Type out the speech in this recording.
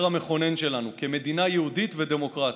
המכונן שלנו כמדינה יהודית ודמוקרטית.